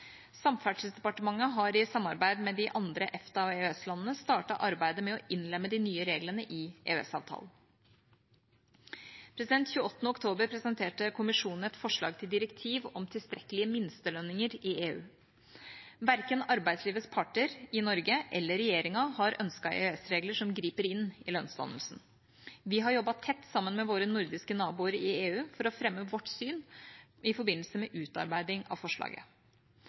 Samferdselsdepartementet har i samarbeid med de andre EFTA- og EØS-landene startet arbeidet med å innlemme de nye reglene i EØS-avtalen. Den 28. oktober presenterte Kommisjonen et forslag til direktiv om tilstrekkelige minstelønninger i EU. Verken arbeidslivets parter i Norge eller regjeringa har ønsket EØS-regler som griper inn i lønnsdannelsen. Vi har jobbet tett sammen med våre nordiske naboer i EU for å fremme vårt syn i forbindelse med utarbeiding av forslaget.